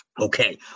Okay